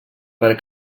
per